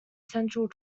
central